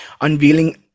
unveiling